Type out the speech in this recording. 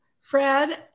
Fred